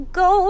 go